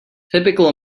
typical